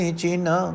china